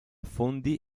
fondi